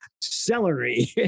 celery